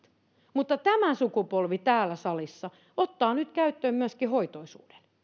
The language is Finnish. mutta tämä sukupolvi täällä salissa ottaa nyt käyttöön myöskin hoitoisuuden